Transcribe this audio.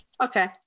Okay